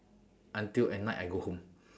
until at night I go home